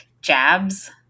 jabs